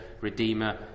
redeemer